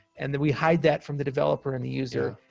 and then we hide that from the developer and the user,